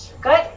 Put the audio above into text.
Good